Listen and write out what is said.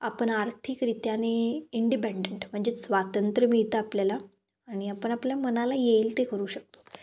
आपन आर्थिकरित्याने इंडिपेंडंट म्हणजे स्वातंत्र मिळतं आपल्याला आणि आपण आपल्या मनाला येईल ते करू शकतो